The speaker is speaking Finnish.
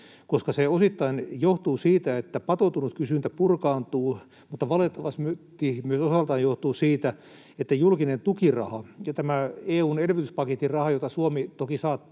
johtuu osittain siitä, että patoutunut kysyntä purkaantuu, mutta valitettavasti se johtuu osaltaan myöskin siitä, että julkinen tukiraha ja tämä EU:n elvytyspaketin raha, jota Suomi toki saa